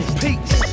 peace